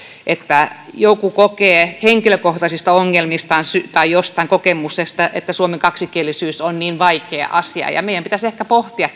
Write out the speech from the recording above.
että joku kokee henkilökohtaisista ongelmistaan tai jostain kokemuksestaan johtuen että suomen kaksikielisyys on niin vaikea asia meidän pitäisi ehkä pohtia